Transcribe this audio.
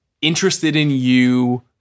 interested-in-you